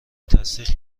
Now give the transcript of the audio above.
تصدیق